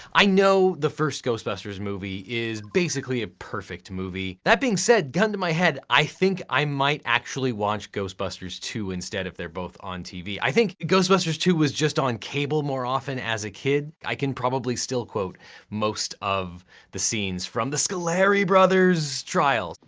i know the first ghostbusters movie is basically a perfect movie. that being said, gun to my head, i think i might actually watch ghostbusters two instead if they're both on tv. i think ghostbusters two was just on cable more often as a kid. i can probably still quote most of the scenes from the scoleri brothers' trial.